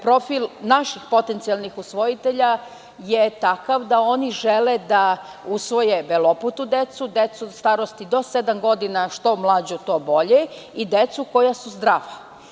Profil naših potencijalnih usvojitelja je takav da oni žele da usvoje beloputu decu, starosti do sedam godina, što mlađu to bolje i decu koja su zdrava.